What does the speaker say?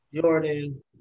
Jordan